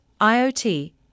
IoT